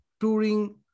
touring